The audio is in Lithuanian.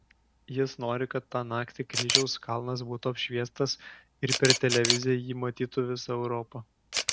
jis nori kad tą naktį kryžiaus kalnas būtų apšviestas ir per televiziją jį matytų visa europa